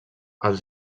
els